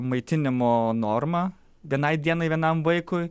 maitinimo norma vienai dienai vienam vaikui